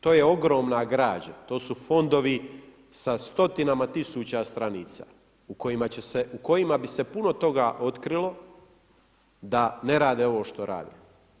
To je ogromna građa, to su fondovi sa stotinama tisuća stranica u kojima bi se puno toga otkrilo da ne rade ovo što rade.